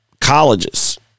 colleges